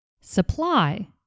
Supply